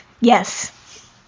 Yes